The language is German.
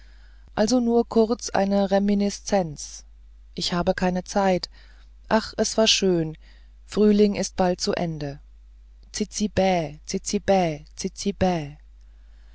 also nur kurz eine reminiszenz ich habe keine zeit ach ja es war schön frühling ist bald zu ende zizi bä zizi bä zizi bä